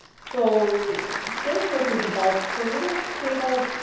so today's talk is about so we're going to take a